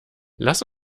lass